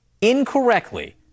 incorrectly